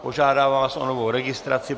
Požádám vás o novou registraci.